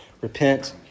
Repent